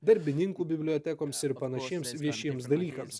darbininkų bibliotekoms ir panašiems viešiems dalykams